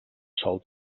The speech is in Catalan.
sòl